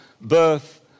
birth